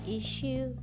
issue